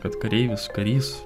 kad kareivis karys